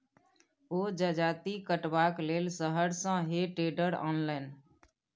ओ जजाति कटबाक लेल शहर सँ हे टेडर आनलनि